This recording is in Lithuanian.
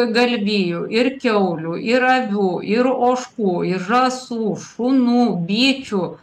galvijų ir kiaulių ir avių ir ožkų ir žąsų šunų bičių